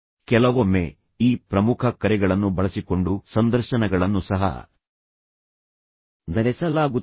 ಕೆಲವೊಮ್ಮೆ ಈ ಪ್ರಮುಖ ಕರೆಗಳನ್ನು ಬಳಸಿಕೊಂಡು ಸಂದರ್ಶನಗಳನ್ನು ಸಹ ನಡೆಸಲಾಗುತ್ತದೆ